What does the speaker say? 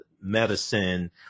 medicine